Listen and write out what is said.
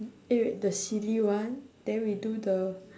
eh wait the silly one then we do the